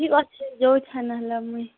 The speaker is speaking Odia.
ଠିକ୍ ଅଛେ ଯେଉଁ ଥାଏ ନ ହେଲେ ମୁଇଁ